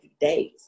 days